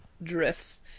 drifts